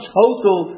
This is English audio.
total